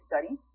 study